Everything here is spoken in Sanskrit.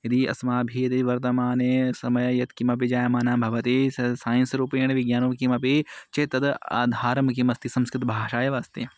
यदि अस्माभिरेव वर्तमाने समये यत्किमपि जायमानं भवति स सैन्स् रूपेण विज्ञानं किमपि चेत् तद् आधारं किमस्ति संस्कृतभाषा एव अस्ति